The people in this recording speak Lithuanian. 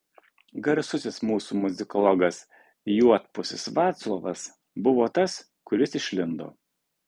garsusis mūsų muzikologas juodpusis vaclovas buvo tas kuris išlindo